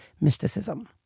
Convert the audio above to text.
mysticism